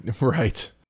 Right